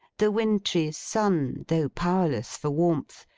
the wintry sun, though powerless for warmth,